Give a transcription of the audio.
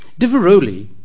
Diveroli